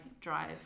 drive